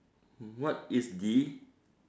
what is the